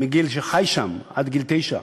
חי שם עד גיל תשע,